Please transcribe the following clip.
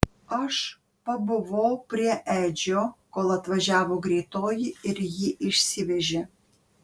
aš pabuvau prie edžio kol atvažiavo greitoji ir jį išsivežė